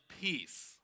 peace